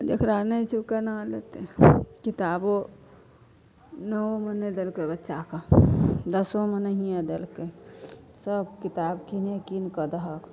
जकरा नहि छै ओ केना लेतै किताबो नओ मे नहि देलकै बच्चाके दशमो मे नहिए देलकै सब किताब किने किन कऽ दहक